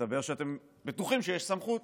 מסתבר שאתם בטוחים שיש סמכות.